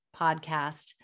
podcast